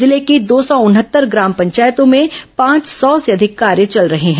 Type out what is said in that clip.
जिले की दो सौ उनहत्तर ग्राम पंचायतों में पांच सौ से अधिंक कार्य चल रहे हैं